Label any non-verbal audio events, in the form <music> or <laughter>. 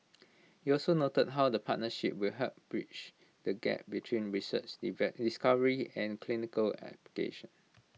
he also noted how the partnership will help bridge the gap between research <unintelligible> discovery and clinical application